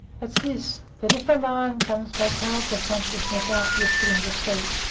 it's this, that if a lion comes back hard to consciousness after you've put him to sleep,